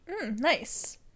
nice